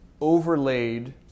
overlaid